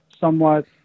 somewhat